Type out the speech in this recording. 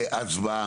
להצבעה.